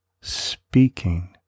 speaking